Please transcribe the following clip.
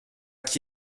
qui